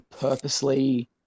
purposely